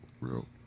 real